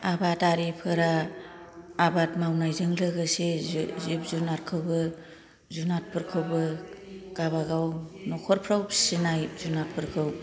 आबादारिफोरा आबाद मावनायजों लोगोसे जिब जुनारखौबो जुनारफोरखौबो गाबागाव न'खरफ्राव फिनाय जुनारफोरखौ